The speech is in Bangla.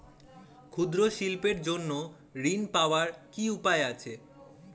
ক্ষুদ্র শিল্পের জন্য ঋণ পাওয়ার কি উপায় আছে?